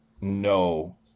no